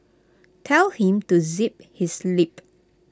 tell him to zip his lip